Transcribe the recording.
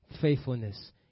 faithfulness